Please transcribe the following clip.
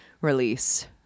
release